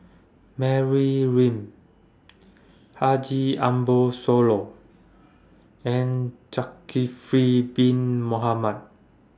Mary Lim Haji Ambo Sooloh and Zulkifli Bin Mohamed